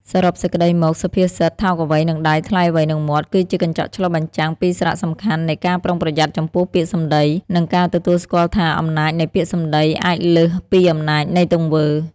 សរុបសេចក្ដីមក សុភាសិត "ថោកអ្វីនឹងដៃ ថ្លៃអ្វីនឹងមាត់" គឺជាកញ្ចក់ឆ្លុះបញ្ចាំងពីសារៈសំខាន់នៃ ការប្រុងប្រយ័ត្នចំពោះពាក្យសម្ដី និងការទទួលស្គាល់ថា អំណាចនៃពាក្យសម្ដីអាចលើសពីអំណាចនៃទង្វើ។